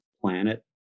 planet